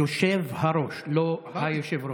יושב-הראש, לא היושב-ראש.